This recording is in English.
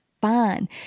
fine